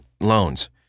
loans